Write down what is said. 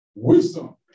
Wisdom